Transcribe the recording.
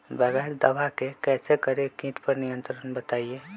बगैर दवा के कैसे करें कीट पर नियंत्रण बताइए?